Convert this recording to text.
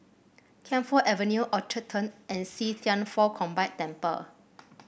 Camphor Avenue Orchard Turn and See Thian Foh Combined Temple